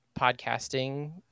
podcasting